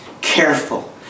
Careful